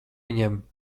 viņiem